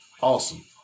awesome